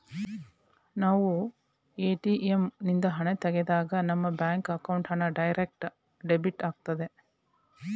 ನಾವು ಎ.ಟಿ.ಎಂ ನಿಂದ ಹಣ ತೆಗೆದಾಗ ನಮ್ಮ ಬ್ಯಾಂಕ್ ಅಕೌಂಟ್ ಹಣ ಡೈರೆಕ್ಟ್ ಡೆಬಿಟ್ ಆಗುತ್ತದೆ